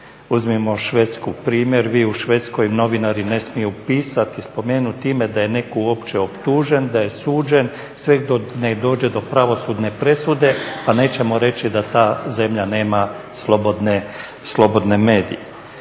Uzmimo Švedsku primjer, vi u Švedskoj, novinari ne smiju pisati i spomenuti ime da je netko uopće optužen, da je suđen sve dok ne dođe do pravosudne presude pa nećemo reći da ta zemlja nema slobodne medije.